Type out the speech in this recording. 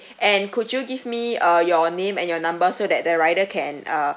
and could you give me uh your name and your number so that the rider can uh